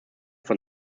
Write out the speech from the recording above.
von